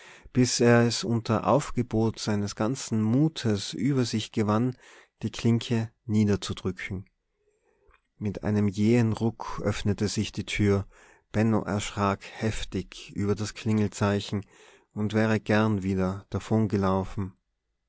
bis er es unter aufgebot seines ganzen mutes über sich gewann die klinke niederzudrücken mit einem jähen ruck öffnete sich die tür benno erschrak heftig über das klingelzeichen und wäre gern wieder